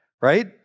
right